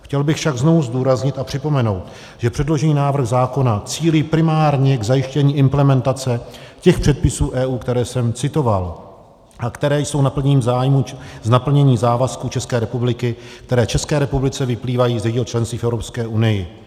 Chtěl bych však znovu zdůraznit a připomenout, že předložený návrh zákona cílí primárně k zajištění implementace těch předpisů EU, které jsem citoval a které jsou naplněním zájmů z naplnění závazků České republiky, které České republice vyplývají z jejího členství v Evropské unii.